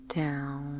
down